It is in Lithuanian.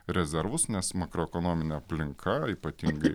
rezervus nes makroekonominė aplinka ypatingai